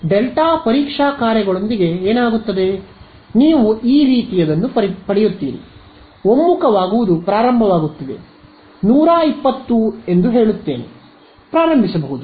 ಆದ್ದರಿಂದ ಡೆಲ್ಟಾ ಪರೀಕ್ಷಾ ಕಾರ್ಯಗಳೊಂದಿಗೆ ಏನಾಗುತ್ತದೆ ನೀವು ಈ ರೀತಿಯದನ್ನು ಪಡೆಯುತ್ತೀರಿ ಒಮ್ಮುಖವಾಗುವುದು ಪ್ರಾರಂಭವಾಗುತ್ತದೆ 120 ಎಂದು ಹೇಳುತ್ತೇನೆ ಪ್ರಾರಂಭಿಸಬಹುದು